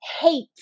Hate